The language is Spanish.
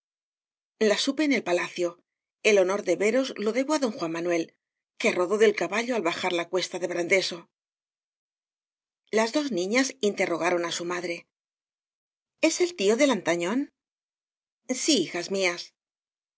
a supe en el palacio el honor de veros lo debo á don juan manuel que rodó del caballo al bajar la cuesta de brandeso las dos niñas interrogaron á su madre es el tío de lantañón sí hijas mías